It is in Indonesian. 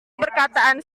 perkataan